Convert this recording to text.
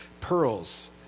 pearls